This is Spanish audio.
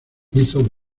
hizo